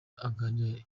aganira